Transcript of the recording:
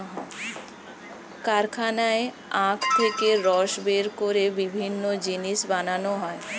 কারখানায় আখ থেকে রস বের করে বিভিন্ন জিনিস বানানো হয়